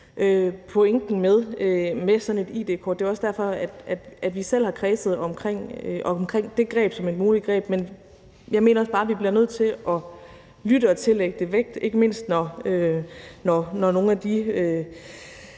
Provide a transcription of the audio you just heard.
pointen med sådan et id-kort. Det er også derfor, at vi selv har kredset omkring det som et muligt greb, men jeg mener også bare, at vi bliver nødt til at lytte og tillægge det vægt, ikke mindst når nogle af de